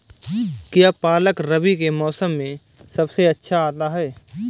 क्या पालक रबी के मौसम में सबसे अच्छा आता है?